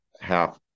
half